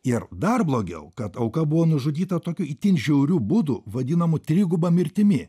ir dar blogiau kad auka buvo nužudyta tokiu itin žiauriu būdu vadinamu triguba mirtimi